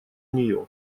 нее